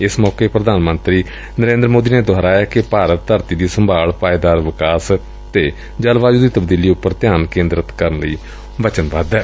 ਏਸ ਮੌਕੇ ਪ੍ਰਧਾਨ ਮੰਤਰੀ ਨਰੇਂਦਰ ਮੌਦੀ ਨੇ ਦੁਹਰਾਇਐ ਕਿ ਭਾਰਤ ਧਰਤੀ ਦੀ ਸੰਭਾਲ ਪਾਏਦਾਰ ਵਿਕਾਸ ਅਤੇ ਜਲਵਾਯੂ ਦੀ ਤਬਦੀਲੀ ਉਪਰ ਧਿਆਨ ਕੇਦਰਿਤ ਕਰਨ ਲਈ ਵਚਨਬੱਧ ਏ